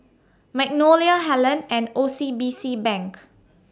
Magnolia Helen and O C B C Bank